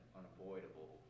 unavoidable